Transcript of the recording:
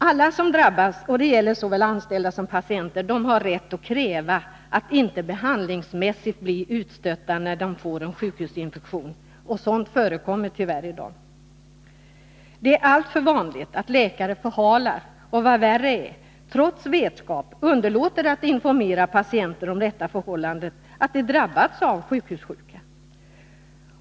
Alla som drabbats — och det gäller såväl anställda som patienter — har rätt att kräva att inte behandlingsmässigt bli utstötta när de fått en sjukhusinfektion. Sådant förekommer tyvärr i dag. Det är alltför vanligt att läkare förhalar och — vad värre är — trots vetskap underlåter att informera patienter om det rätta förhållandet, nämligen att de drabbats av sjukhussjuka.